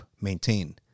maintain